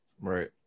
Right